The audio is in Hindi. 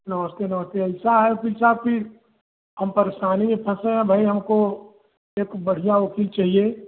नमस्ते नमस्ते ऐसा है वकील साहब कि हम परेशानी में फंसे हैं भाई हमको एक बढ़िया वकील चाहिए